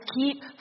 keep